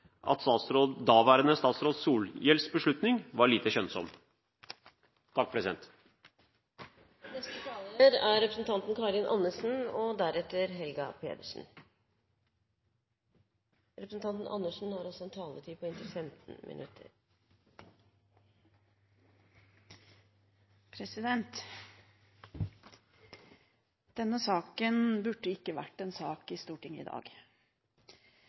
daværende statsråd Solhjells beslutning var lite skjønnsom. Denne saken burde ikke vært en sak i Stortinget i dag.